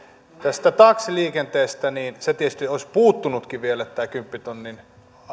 tästä taksiliikenteestä se tietysti olisi puuttunutkin vielä että tämä kymppitonnin